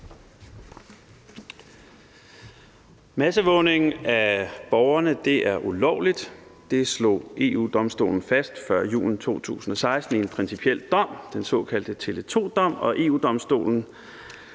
Masseovervågning af borgerne er ulovligt. Det slog EU-Domstolen fast før julen 2016 i en principiel dom, den såkaldte Tele2-dom, og EU-Domstolen